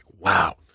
wow